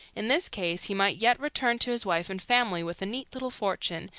in this case he might yet return to his wife and family with a neat little fortune,